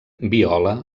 viola